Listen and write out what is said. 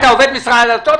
אתה עובד משרד הדתות?